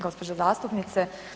Gospođo zastupnice.